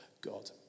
God